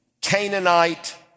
Canaanite